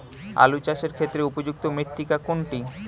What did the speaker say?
আলু চাষের ক্ষেত্রে উপযুক্ত মৃত্তিকা কোনটি?